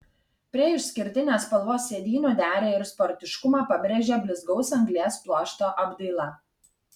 prie išskirtinės spalvos sėdynių dera ir sportiškumą pabrėžia blizgaus anglies pluošto apdaila